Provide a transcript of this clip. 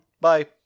Bye